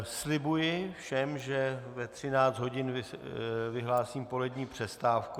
Slibuji všem, že ve 13 hodin vyhlásím polední přestávku.